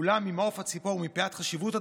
אולם ממעוף הציפור ומפאת חשיבות הדברים,